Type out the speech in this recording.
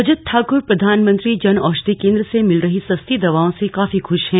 रजत ठाकुर प्रधान मंत्री जन औशधि केंद्र से मिल रही सस्ती दवाओं से काफी खुडा हैं